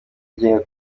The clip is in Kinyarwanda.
agenga